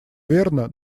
верно